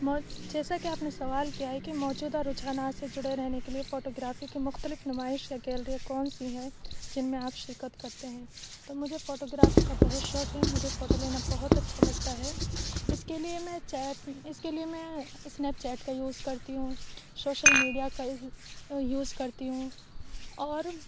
جیسا کہ آپ نے سوال کیا ہے کہ موجودہ رجحانات سے جڑے رہنے کے لیے فوٹوگرافی کی مختلف نمائشں یا گیلریاں کون سی ہیں جن میں آپ شرکت کرتے ہیں تو مجھے فوٹوگرافی کا بہت شوق ہے مجھے فوٹو لینا بہت اچھا لگتا ہے اس کے لیے میں چیٹ اس کے لیے میں اسنیپ چیٹ کا یوز کرتی ہوں شوشل میڈیا کا یوز کرتی ہوں اور